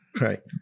Right